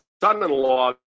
son-in-law